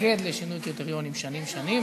האוצר התנגד לשינוי קריטריונים שנים שנים,